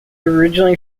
originally